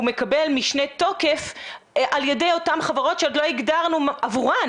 הוא מקבל משנה תוקף על ידי אותן חברות שעוד לא הגדרנו עבורן